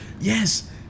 Yes